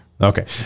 Okay